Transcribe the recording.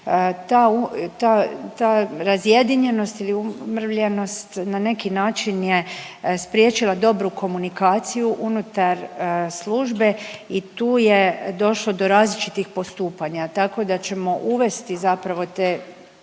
ta razjedinjenost ili umrvljenost na neki način je spriječila dobru komunikaciju unutar službe i tu je došlo do različitih postupanja, tako da ćemo uvesti zapravo te